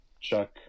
Chuck